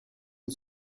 and